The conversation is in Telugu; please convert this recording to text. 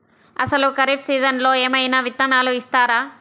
అసలు ఖరీఫ్ సీజన్లో ఏమయినా విత్తనాలు ఇస్తారా?